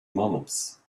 moments